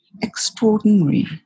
Extraordinary